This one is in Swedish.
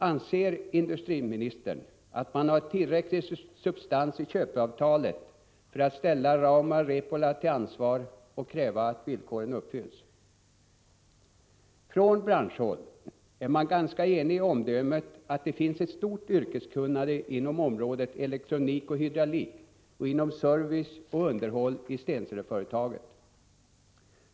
Anser industriministern att man har tillräcklig substans i köpeavtalet för att ställa Rauma Repola till ansvar och kräva att villkoren uppfylls? Från branschhåll är man ganska enig i omdömet att det finns ett stort yrkeskunnande inom områdena elektronik och hydraulik och inom service och underhåll i Stenseleföretaget.